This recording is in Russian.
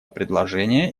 предложение